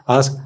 Ask